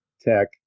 tech